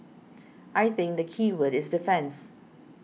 I think the keyword is defence